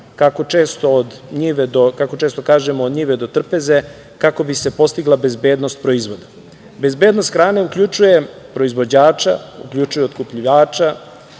kako često kažemo - od njive do trpeze, kako bi se postigla bezbednost proizvoda. Bezbednost hrane uključuje proizvođača, uključuje otkupljivača,